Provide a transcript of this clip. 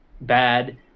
bad